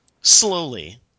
Slowly